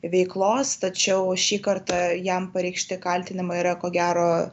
veiklos tačiau šį kartą jam pareikšti kaltinimai yra ko gero